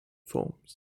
forms